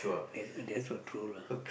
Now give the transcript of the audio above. that's that's what true lah